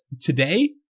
Today